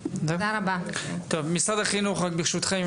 משרד החינוך ברשותכם,